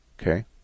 Okay